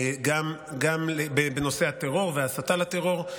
גם בנושא הטרור והסתה לטרור,